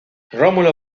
rómulo